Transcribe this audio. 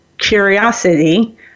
Curiosity